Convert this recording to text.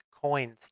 coins